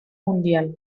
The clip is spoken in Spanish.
mundial